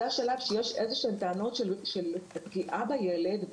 זה השלב שיש טענות של פגיעה בילד.